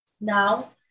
now